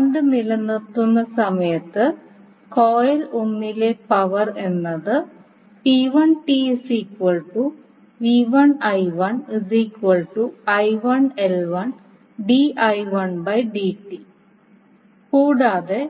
current നിലനിർത്തുന്ന സമയത്ത് coil 1 ലെ പവർ എന്നത് കൂടാതെ